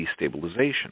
destabilization